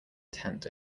tent